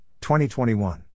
2021